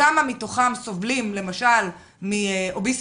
כמה מתוכם סובלים ממחלות רקע?